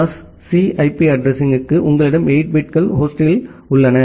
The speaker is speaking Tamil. கிளாஸ் சி ஐபி அட்ரஸிங்க்கு உங்களிடம் 8 பிட்கள் ஹோஸ்டில் உள்ளன